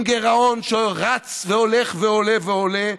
עם גירעון שרץ והולך ועולה ועולה,